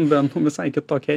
bent visai kitokia